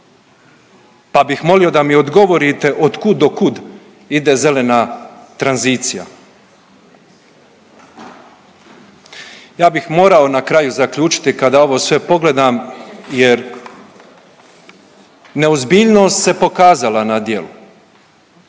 pa bih molio da mi odgovorite od kud do kud ide zelena tranzicija. Ja bih morao na kraju zaključiti kada ovo sve pogledam jer neozbiljnost se pokazala na djelu.